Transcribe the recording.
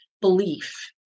belief